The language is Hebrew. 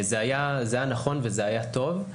זה היה נכון וזה היה טוב.